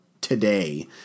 today